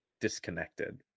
disconnected